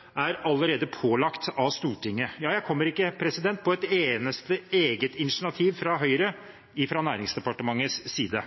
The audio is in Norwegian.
fleste allerede er pålagt av Stortinget. Ja, jeg kommer ikke på et eneste eget initiativ fra Høyre fra Næringsdepartementets side.